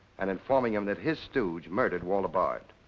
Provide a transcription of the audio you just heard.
and informing him that his stooge murdered walter bard.